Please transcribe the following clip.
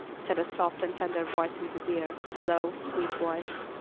said a soft and tender voice in his ear, a low, sweet voice,